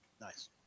nice